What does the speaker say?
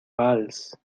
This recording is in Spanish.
valls